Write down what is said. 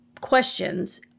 questions